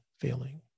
feeling